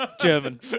German